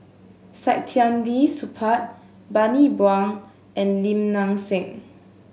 Saktiandi Supaat Bani Buang and Lim Nang Seng